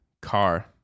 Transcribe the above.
car